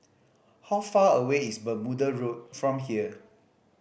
how far away is Bermuda Road from here